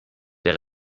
der